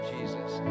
Jesus